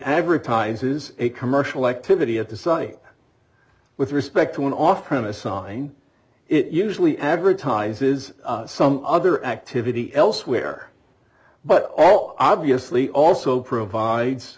advertises a commercial activity at the site with respect to an offering a sign it usually advertises some other activity elsewhere but all obviously also provides